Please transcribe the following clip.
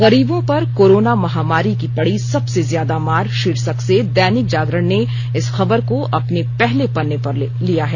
गरीबों पर कोरोना महामारी की पड़ी सबसे ज्यादा मार शीर्षक से दैनिक जागरण ने इस खबर को अपने पहले पन्ने पर लिया है